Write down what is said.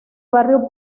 barrio